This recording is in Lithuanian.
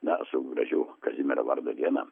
na su gražiu kazimiero vardo diena